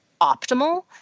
optimal